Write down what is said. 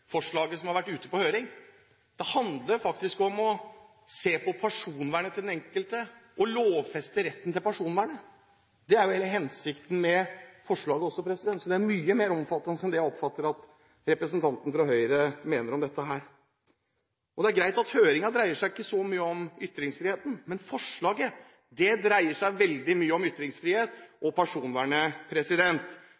som har vært ute på høring. Det handler faktisk om å se på personvernet til den enkelte og lovfeste retten til personvern. Det er hele hensikten med forslaget også. Det er mye mer omfattende enn det jeg oppfatter at representanten fra Høyre mener om dette. Høringen dreier seg ikke så mye om ytringsfriheten, det er greit, men forslaget dreier seg veldig mye om ytringsfrihet